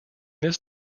this